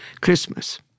Christmas